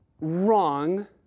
wrong